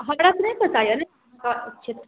हमरा नहि पता यऽ ने अहाँक क्षेत्र